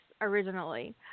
originally